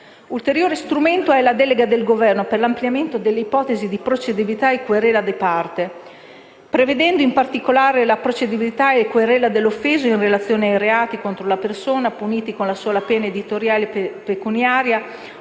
Ulteriore strumento è la delega al Governo per l'ampliamento delle ipotesi di procedibilità a querela di parte, prevedendo in particolare la procedibilità a querela dell'offeso in relazione ai reati contro la persona puniti con la sola pena edittale pecuniaria